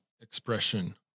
expression